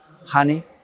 Honey